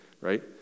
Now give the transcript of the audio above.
right